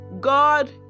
God